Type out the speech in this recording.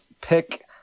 pick